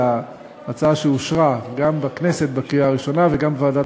אלא הצעה שאושרה גם בכנסת בקריאה הראשונה וגם בוועדת